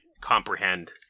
comprehend